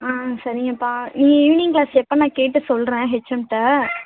ஆ சரிங்கப்பா இங்கே evening class எப்போ நான் கேட்டு சொல்லுறேன் ஹெச்ம்கிட்ட